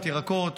ירקות,